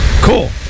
cool